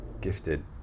gifted